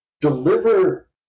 deliver